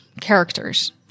characters